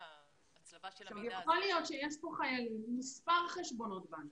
יכול להיות שיש חיילים עם מספר חשבונות בנק.